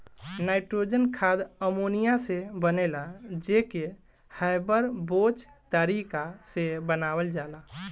nitrogen खाद ammonia से बनेला जे के हैबर बोच तारिका से बनावल जाला